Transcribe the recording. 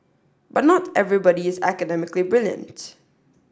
but not everybody is academically brilliant